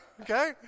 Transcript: okay